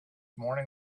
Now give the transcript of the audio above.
morning